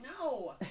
No